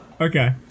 Okay